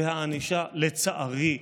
והענישה, לצערי,